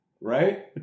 Right